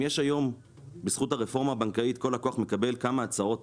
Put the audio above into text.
אם היום בזכות הרפורמה הבנקאית כל לקוח מקבל כמה הצעות